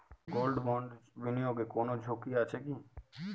Gold বন্ডে বিনিয়োগে কোন ঝুঁকি আছে কি?